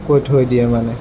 কৈ থৈ দিয়ে মানে